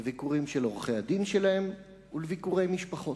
לביקורים של עורכי-הדין שלהם ולביקורי משפחות.